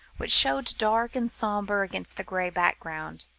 which showed dark and sombre against the grey background,